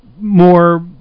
more